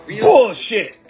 Bullshit